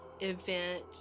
event